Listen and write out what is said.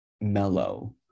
mellow